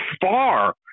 far